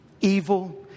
Evil